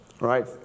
right